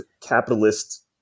capitalist